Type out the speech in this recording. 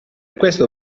questo